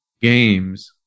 games